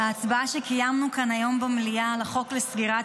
ההצבעה שקיימנו כאן היום במליאה על החוק לסגירת